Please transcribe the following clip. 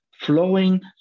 flowing